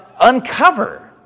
uncover